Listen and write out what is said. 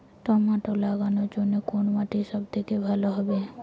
Tomato লাগানোর জন্যে কোন মাটি সব থেকে ভালো হবে?